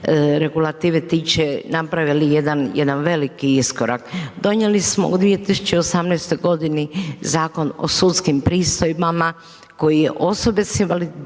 regulative tiče, napravili jedna veliki iskorak. Donijeli smo u 2018.g. Zakon o sudskim pristojbama, koje je osobe